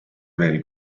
veel